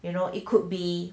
you know it could be